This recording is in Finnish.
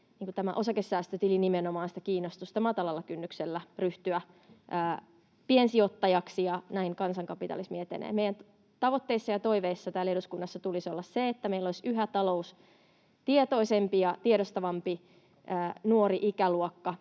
varmasti nimenomaan sitä kiinnostusta matalalla kynnyksellä ryhtyä piensijoittajaksi, ja näin kansankapitalismi etenee. Meidän tavoitteissamme ja toiveissamme täällä eduskunnassa tulisi olla se, että meillä olisi yhä taloustietoisempi ja ‑tiedostavampi nuori ikäluokka,